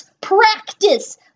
practice